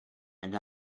and